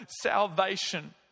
salvation